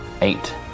Eight